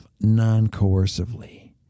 non-coercively